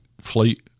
flight